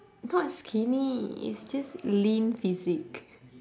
not skinny is just lean physique